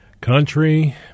Country